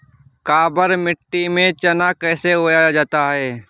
काबर मिट्टी में चना कैसे उगाया जाता है?